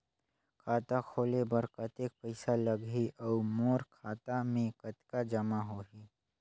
खाता खोले बर कतेक पइसा लगही? अउ मोर खाता मे कतका जमा होही?